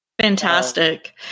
Fantastic